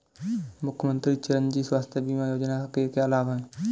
मुख्यमंत्री चिरंजी स्वास्थ्य बीमा योजना के क्या लाभ हैं?